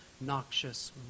noxious